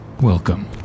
Welcome